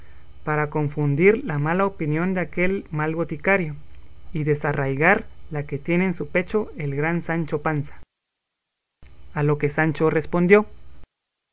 para confundir la mala opinión de aquel mal boticario y desarraigar la que tiene en su pecho el gran sancho panza a lo que sancho respondió